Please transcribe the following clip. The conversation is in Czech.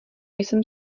jsem